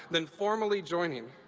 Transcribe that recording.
than formally joining.